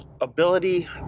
ability